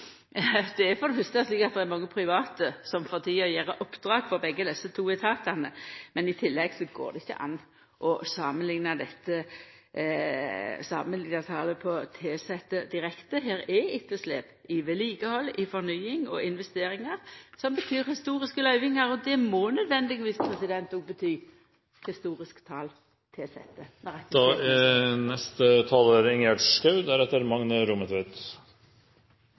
Det er for det fyrste slik at det er mange private som for tida har oppdrag for begge desse to etatane, men i tillegg går det ikkje an å samanlikna talet på tilsette direkte. Her er etterslep i vedlikehald, i fornying og investeringar, som betyr historiske løyvingar. Det må nødvendigvis òg bety historisk tal på tilsette